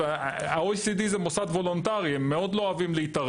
33.4% מהנשים נכון לסוף 2022, נשים בהייטק.